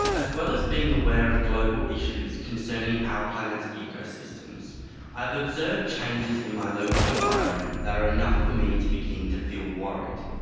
as well as being aware of global issues concerning our planet's ecosystems i have observed changes in my local environment that are enough for me to begin to feel worried.